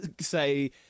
say